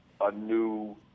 anew